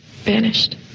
vanished